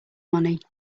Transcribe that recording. money